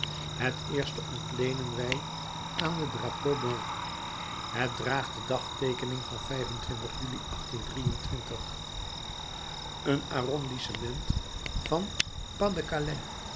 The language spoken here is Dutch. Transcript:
het eerste ontleenen wij aan de drapeau blanc het draagt de dagteekening van juli een arrondissement van pas de calais